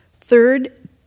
Third